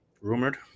rumored